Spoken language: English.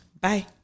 Bye